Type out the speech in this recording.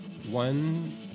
One